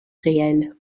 réel